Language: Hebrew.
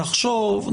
נחשוב,